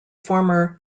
former